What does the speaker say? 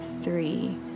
three